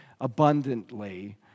abundantly